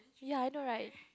ya I know right